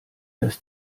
das